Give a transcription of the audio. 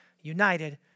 united